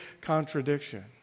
contradiction